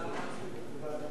הנה, חבר הכנסת ברק,